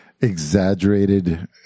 exaggerated